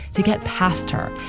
to get past her,